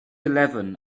eleven